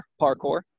parkour